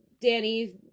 Danny